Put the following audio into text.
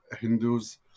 Hindus